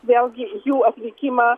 vėlgi jų atvykimą